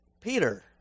Peter